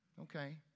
okay